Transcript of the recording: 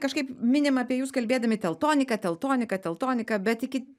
kažkaip minim apie jus kalbėdami teltonika teltonika teltonika bet iki